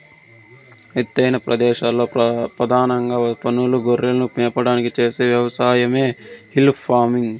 ఎత్తైన ప్రదేశాలలో పధానంగా పసులను, గొర్రెలను మేపడానికి చేసే వ్యవసాయమే హిల్ ఫార్మింగ్